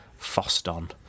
Foston